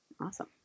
Awesome